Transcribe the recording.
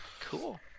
cool